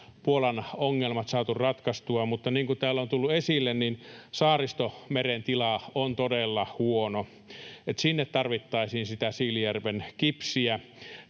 Puolan ongelmat saatu ratkaistua. Mutta niin kuin täällä on tullut esille, Saaristomeren tila on todella huono. Sinne tarvittaisiin sitä Siilinjärven kipsiä